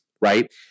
right